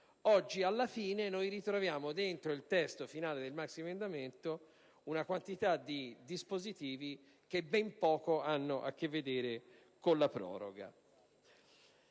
di proroga, oggi ritroviamo nel testo finale del maxiemendamento una quantità di disposizioni che ben poco hanno a che vedere con la proroga.